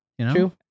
True